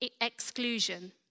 exclusion